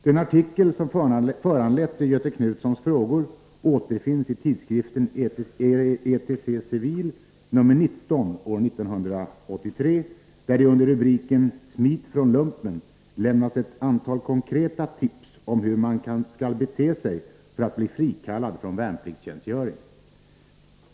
Den artikel som föranlett Göthe Knutsons frågor återfinns i tidskriften ETC/CIVIL nr 19 år 1983, där det under rubriken ”Smit från lumpen” lämnas ett antal konkreta tips om hur man skall bete sig för att bli frikallad från värnpliktstjänstgöring.